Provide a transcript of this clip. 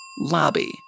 Lobby